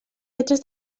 lletres